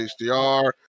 HDR